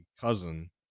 cousin